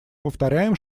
повторяем